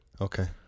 Okay